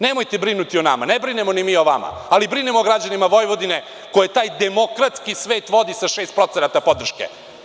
Nemojte brinuti o nama, ne brinemo ni mi o vama, ali brinemo o građanima Vojvodine koja taj demokratski svet vodi sa 6% podrške.